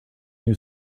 new